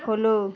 follow